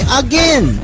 again